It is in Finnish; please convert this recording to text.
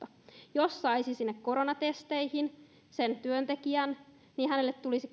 jos sen työntekijän saisi sinne koronatesteihin niin hänelle tulisi